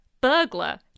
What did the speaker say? Burglar